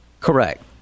Correct